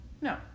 no